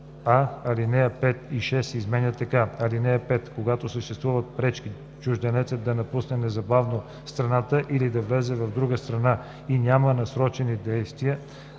алинеи 5 и 6 се изменят така: „(5) Когато съществуват пречки чужденецът да напусне незабавно страната или да влезе в друга страна и няма насрочени действия